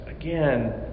again